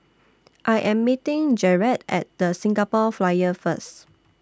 I Am meeting Jerad At The Singapore Flyer First